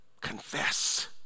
confess